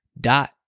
Dot